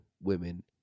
women